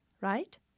right